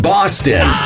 Boston